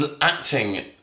Acting